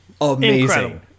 amazing